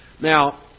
Now